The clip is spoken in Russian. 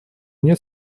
нет